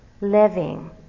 Living